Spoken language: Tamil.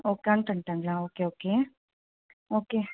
ஓ அக்கவுண்டன்ட்டுங்களா ஓகே ஓகே ஓகே